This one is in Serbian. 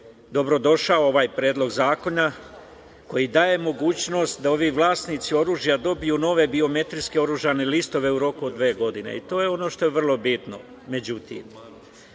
dobrodošao ovaj predlog zakona, koji daje mogućnost da ovi vlasnici oružja dobiju nove biometrijske oružane listove u roku od dve godine. To je ono što je vrlo bitno.Međutim,